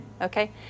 okay